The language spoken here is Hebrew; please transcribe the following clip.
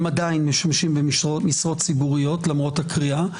הם עדיין משמשים במשרות ציבוריות למרות הקריאה.